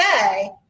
say